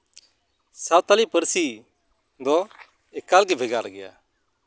ᱥᱟᱱᱛᱟᱲᱤ ᱯᱟᱹᱨᱥᱤ ᱫᱚ ᱮᱠᱟᱞ ᱜᱮ ᱵᱷᱮᱜᱟᱨ ᱜᱮᱭᱟ